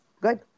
good